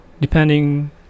depending